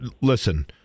listen